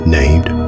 named